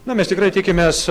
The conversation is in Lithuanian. na mes tikrai tikimės